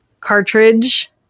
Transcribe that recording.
cartridge